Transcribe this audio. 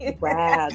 wow